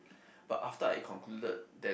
but after I concluded that